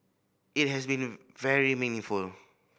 it has been very meaningful